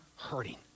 hurting